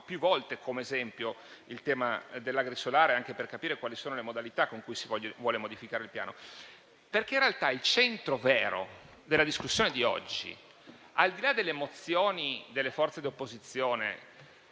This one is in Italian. fatto detto esempio e lo citerò più volte, anche per capire quali sono le modalità con cui si vuol modificare il Piano. In realtà il centro vero della discussione di oggi, al di là delle mozioni delle forze di opposizione,